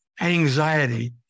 anxiety